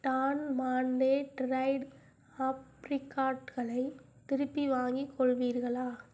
Don Monday dried ஆப்ரிகாட்களை திருப்பி வாங்கிக் கொள்வீர்களா